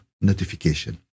notification